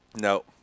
No